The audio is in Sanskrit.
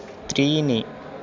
त्रीणि